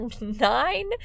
nine